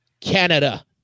Canada